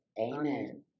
Amen